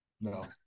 No